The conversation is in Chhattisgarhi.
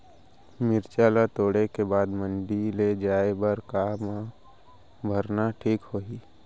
मिरचा ला तोड़े के बाद मंडी ले जाए बर का मा भरना ठीक होही?